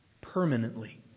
permanently